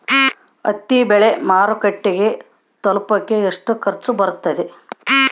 ಹತ್ತಿ ಬೆಳೆ ಮಾರುಕಟ್ಟೆಗೆ ತಲುಪಕೆ ಎಷ್ಟು ಖರ್ಚು ಬರುತ್ತೆ?